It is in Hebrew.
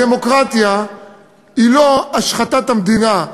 הדמוקרטיה היא לא השחתת המדינה.